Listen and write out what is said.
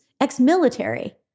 ex-military